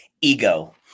ego